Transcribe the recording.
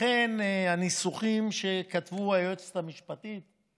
לכן יש ניסוחים שכתבה היועצת המשפטית,